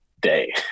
day